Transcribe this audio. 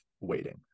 waiting